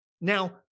Now